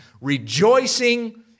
rejoicing